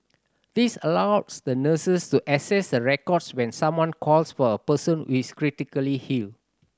this allows the nurses to access the records when someone calls for a person who is critically ill